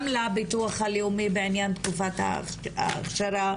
גם לביטוח הלאומי בעניין תקופת ההכשרה.